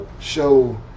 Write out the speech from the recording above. show